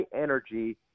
energy